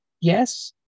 Yes